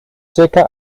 seca